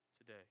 today